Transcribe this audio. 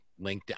LinkedIn